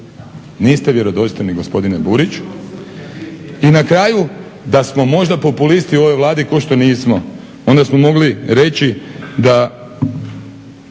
niste vjerodostojni gospodine Burić. I na kraju da smo možda populisti u ovoj Vladi kao što nismo onda smo mogli reći da